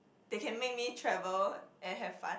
they can make me travel and have fun